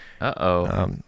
Uh-oh